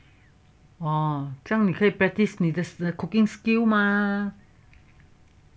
哦这样你可以 practice 你你的 cooking skill mah